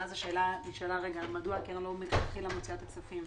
ואז נשאלה השאלה מדוע הקרן לא מלכתחילה מוציאה את הכספים.